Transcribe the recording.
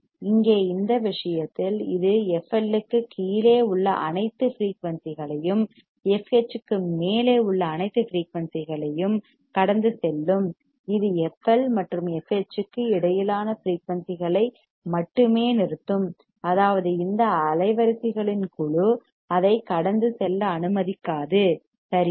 இங்கே இந்த விஷயத்தில் இது FL க்குக் கீழே உள்ள அனைத்து ஃபிரீயூன்சிகளையும் FH க்கு மேலே உள்ள அனைத்து ஃபிரீயூன்சிகளையும் கடந்து செல்லும் இது FL மற்றும் fH க்கு இடையிலான ஃபிரீயூன்சிகளை மட்டுமே நிறுத்தும் அதாவது இந்த அலைவரிசைகளின் குழு அதை கடந்து செல்ல அனுமதிக்காது சரியா